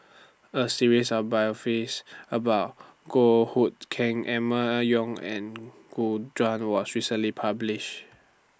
A series of biographies about Goh Hood Keng Emma Yong and Gu Juan was recently published